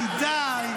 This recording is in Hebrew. די.